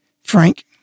Frank